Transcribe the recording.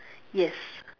yes